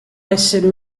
essere